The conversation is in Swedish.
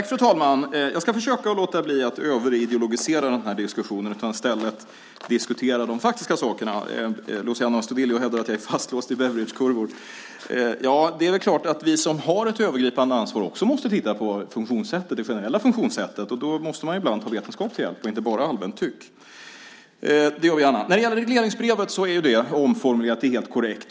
Fru talman! Jag ska försöka att låta bli att överideologisera den här diskussionen och i stället diskutera de faktiska sakerna. Luciano Astudillo hävdar att jag är fastlåst i Beveridgekurvor. Det är klart att vi som har ett övergripande ansvar också måste titta på det generella funktionssättet, och då måste man ibland ta vetenskap till hjälp och inte bara ägna sig åt allmänt tyckande. Det gör vi gärna. Det är helt korrekt att regleringsbrevet är omformulerat.